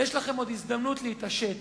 ויש לכם עוד הזדמנות להתעשת,